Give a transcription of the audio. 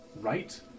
right